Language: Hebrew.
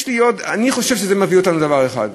אני חושב שזה מביא אותנו לדבר אחד.